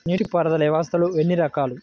నీటిపారుదల వ్యవస్థలు ఎన్ని రకాలు?